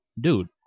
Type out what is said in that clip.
dude